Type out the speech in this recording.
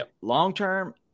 long-term